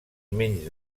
menys